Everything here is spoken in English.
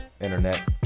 Internet